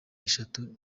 eshatu